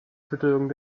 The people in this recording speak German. fütterung